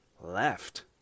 left